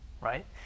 right